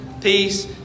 peace